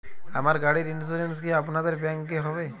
আমার গাড়ির ইন্সুরেন্স কি আপনাদের ব্যাংক এ হবে?